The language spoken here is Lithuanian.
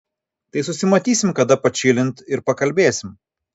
tai susimatysim kada pačilint ir pakalbėsim